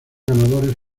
ganadores